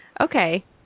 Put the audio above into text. Okay